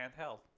handheld